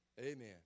Amen